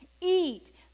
eat